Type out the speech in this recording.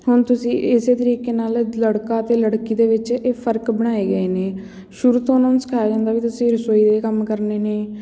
ਹੁਣ ਤੁਸੀਂ ਇਸ ਤਰੀਕੇ ਨਾਲ ਲੜਕਾ ਅਤੇ ਲੜਕੀ ਦੇ ਵਿੱਚ ਇਹ ਫਰਕ ਬਣਾਏ ਗਏ ਨੇ ਸ਼ੁਰੂ ਤੋਂ ਉਹਨਾਂ ਨੂੰ ਸਿਖਾਇਆ ਜਾਂਦਾ ਵੀ ਤੁਸੀਂ ਰਸੋਈ ਦੇ ਕੰਮ ਕਰਨੇ ਨੇ